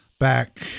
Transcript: back